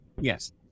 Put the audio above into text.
Yes